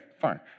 fine